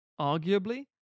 arguably